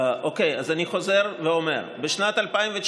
אוקיי, אז אני חוזר ואומר: בשנת 2019